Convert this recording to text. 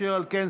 אשר על כן,